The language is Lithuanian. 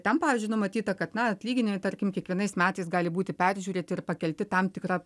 ten pavyzdžiui numatyta kad na atlyginimai tarkim kiekvienais metais gali būti peržiūrėti ir pakelti tam tikra